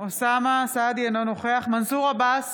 אינו נוכח מנסור עבאס,